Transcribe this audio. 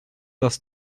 das